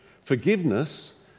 Forgiveness